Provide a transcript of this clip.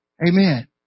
Amen